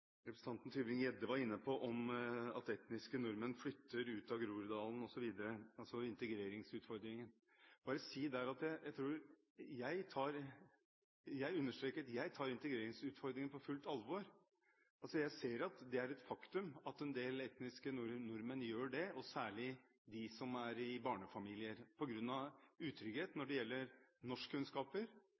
representanten Tybring-Gjedde var inne på, om at etniske nordmenn flytter ut av Groruddalen osv. – integreringsutfordringen. Der vil jeg understreke at jeg tar integreringsutfordringen på fullt alvor. Jeg ser at det er et faktum at en del etniske nordmenn gjør det, og særlig barnefamilier, på grunn av utrygghet når det gjelder norskkunnskaper,